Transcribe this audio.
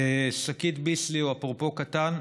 שקית ביסלי או אפרופו קטן,